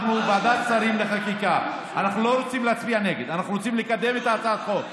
אנחנו מחכים להצעת חוק ממשלתית,